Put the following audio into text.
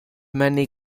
many